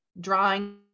drawing